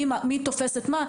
של מי תופס את מה,